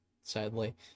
sadly